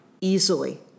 easily